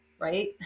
right